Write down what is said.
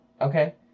okay